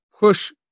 push